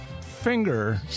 finger